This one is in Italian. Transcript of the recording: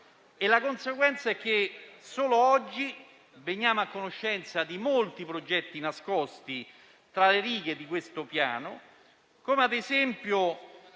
La conseguenza è che solo oggi veniamo a conoscenza di molti progetti nascosti tra le righe di questo Piano, come ad esempio